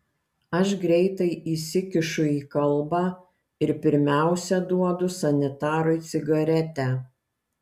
aš greitai įsikišu į kalbą ir pirmiausia duodu sanitarui cigaretę